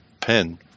pen